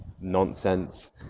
nonsense